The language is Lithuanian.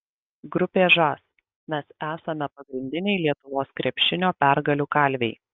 grupė žas mes esame pagrindiniai lietuvos krepšinio pergalių kalviai